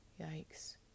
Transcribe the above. Yikes